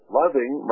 loving